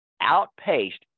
outpaced